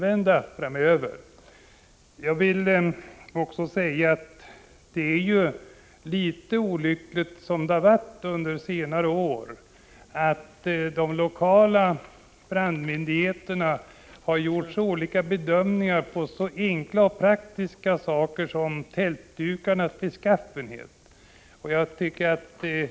Under senare år har det varit litet olyckligt att de lokala brandmyndigheterna har gjort så olika bedömningar när det gäller så enkla och praktiska saker som tältdukarnas beskaffenhet.